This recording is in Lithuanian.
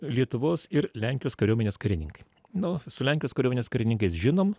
lietuvos ir lenkijos kariuomenės karininkai nu su lenkijos kariuomenės karininkais žinom